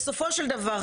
בסופו של דבר,